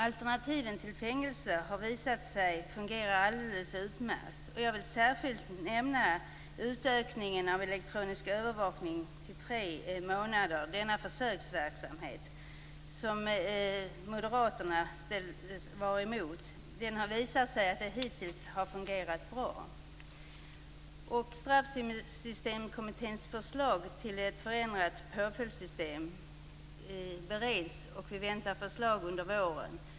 Alternativen till fängelse har visat sig fungera alldeles utmärkt. Jag vill särskilt nämna utökningen av elektronisk övervakning till tre månader. Denna försöksverksamhet, som moderaterna var emot, har visat sig hittills fungera bra. Straffsystemkommitténs förslag till ett förändrat påföljdssystem bereds, och vi väntar förslag under våren.